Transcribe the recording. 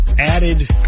added